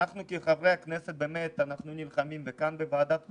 אנחנו כחברי הכנסת אנחנו נלחמים כאן בוועדת הקורונה,